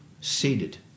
Seated